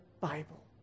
Bible